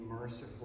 merciful